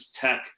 Tech